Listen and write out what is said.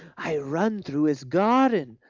i run through his garden.